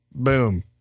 boom